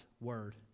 word